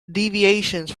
deviations